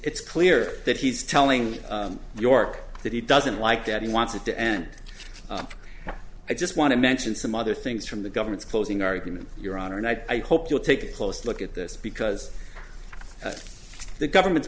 it's clear that he's telling york that he doesn't like that he wants it to end up i just want to mention some other things from the government's closing argument your honor and i hope you'll take a close look at this because the government's